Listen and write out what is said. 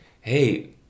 hey